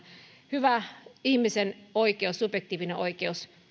hyvä ihmisen oikeus subjektiivinen oikeus